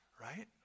right